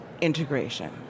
integration